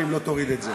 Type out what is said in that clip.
אם לא תוריד את זה.